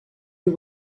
you